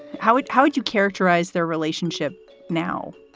how would how would you characterize their relationship now?